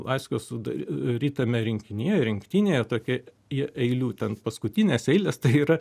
laskio sudarytame rinkinyje rinktinėje tokia jie eilių ten paskutinės eilės tai yra